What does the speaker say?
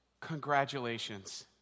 Congratulations